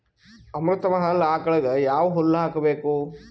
ಅಮೃತ ಮಹಲ್ ಆಕಳಗ ಯಾವ ಹುಲ್ಲು ಹಾಕಬೇಕು?